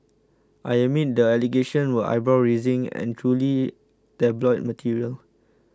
I admit the allegations were eyebrow raising and truly tabloid material